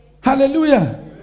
Hallelujah